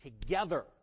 together